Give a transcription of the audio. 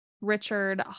Richard